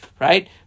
right